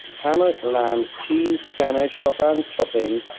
hammock, lambs, cheese, piano, chopin, chopping,